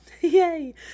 yay